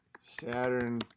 Saturn